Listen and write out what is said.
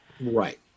Right